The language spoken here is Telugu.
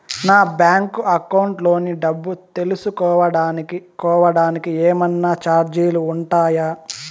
నా బ్యాంకు అకౌంట్ లోని డబ్బు తెలుసుకోవడానికి కోవడానికి ఏమన్నా చార్జీలు ఉంటాయా?